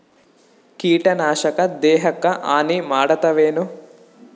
ಕೀಟನಾಶಕ ದೇಹಕ್ಕ ಹಾನಿ ಮಾಡತವೇನು?